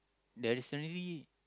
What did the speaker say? the recently